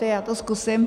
Já to zkusím.